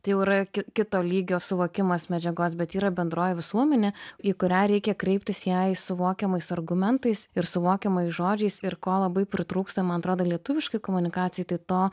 tai jau yra kito lygio suvokimas medžiagos bet yra bendroji visuomenė į kurią reikia kreiptis jai suvokiamais argumentais ir suvokiamais žodžiais ir ko labai pritrūksta man atrodo lietuviškai komunikacijai tai to